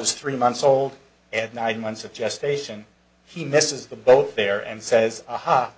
was three months old and nine months of gestation he misses the boat there and says aha